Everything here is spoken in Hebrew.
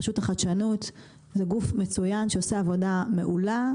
רשות החדשנות זה גוף מצוין שעושה עבודה מעולה.